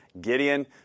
Gideon